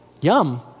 Yum